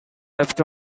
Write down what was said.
left